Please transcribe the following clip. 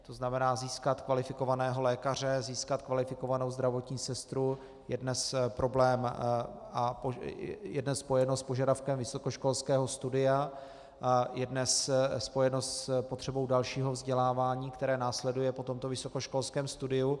To znamená získat kvalifikovaného lékaře, získat kvalifikovanou zdravotní sestru je dnes problém a je to spojeno s požadavkem vysokoškolského studia, je dnes spojeno s potřebou dalšího vzdělávání, které následuje po tomto vysokoškolském studiu.